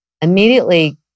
immediately